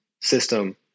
system